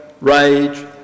rage